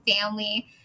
family